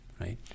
right